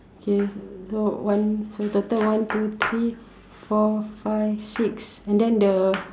K so one so total one two three four five six and then the